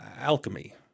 alchemy